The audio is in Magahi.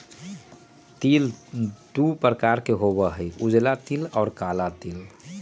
तिल दु प्रकार के होबा हई उजला तिल और काला तिल